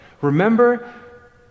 Remember